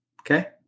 okay